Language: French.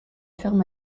ferme